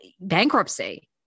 bankruptcy